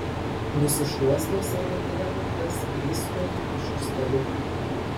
nusišluostau servetėle lūpas ir išsliuogiu iš už staliuko